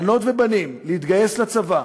בנות ובנים, להתגייס לצבא.